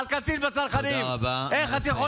תודה רבה,